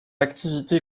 activité